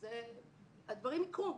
אז הדברים יקרו.